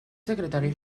secretario